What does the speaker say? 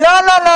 לא.